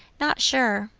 not sure,